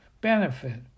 benefit